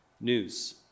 news